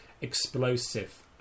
explosive